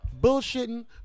bullshitting